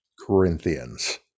corinthians